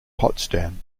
potsdam